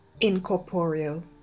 Incorporeal